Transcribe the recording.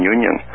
Union